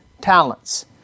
talents